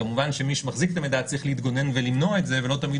כמובן שמי שמחזיק את המידע צריך להתגונן ולמנוע את זה ולא תמיד